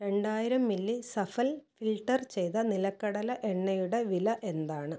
രണ്ടായിരം milli Safal filter ചെയ്ത നിലക്കടല എണ്ണയുടെ വില എന്താണ്